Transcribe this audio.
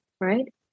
right